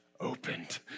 opened